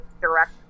direct